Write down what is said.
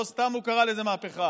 לא סתם הוא קרא לזה מהפכה,